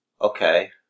Okay